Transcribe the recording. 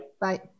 Bye